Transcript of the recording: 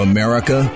America